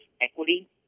equity